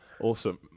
Awesome